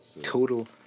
total